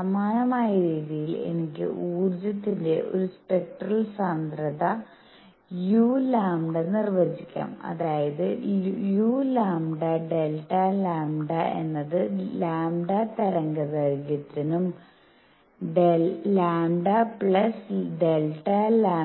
സമാനമായ രീതിയിൽ എനിക്ക് ഊർജത്തിന്റെ ഒരു സ്പെക്ട്രൽ സാന്ദ്രത uλ നിർവചിക്കാം അതായത് uλΔλ എന്നത് λ തരംഗദൈർഘ്യത്തിനും λ Δ λ